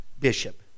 Bishop